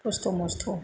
खस्थ' मस्थ'